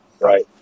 Right